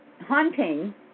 hunting